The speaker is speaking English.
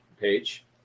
page